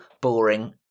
boring